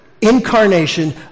incarnation